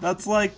that's like